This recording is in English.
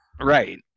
Right